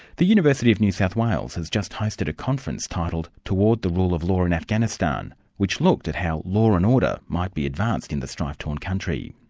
the university of new south wales has just hosted a conference titled toward the rule of law in afghanistan, which looked to how law and order might be advanced in the strife-torn country.